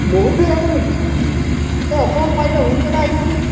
বহুত দেৰি হ'ব নেকি এই অকণমান পাৰিলে সোনকালে আহিবচোন